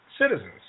citizens